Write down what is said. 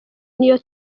n’iyo